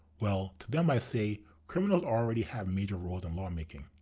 well to them i say criminals already have major roles in lawmaking.